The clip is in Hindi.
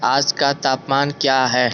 आज का तापमान क्या है